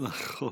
נכון.